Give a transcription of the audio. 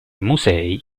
musei